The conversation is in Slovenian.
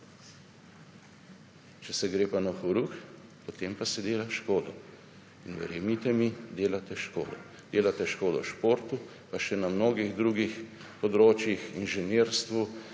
Če se gre pa na horuk, potem pa se dela škoda. In verjemite mi, delate škodo. Delate škodo športu in še na mnogih drugih področjih, inženirstvu,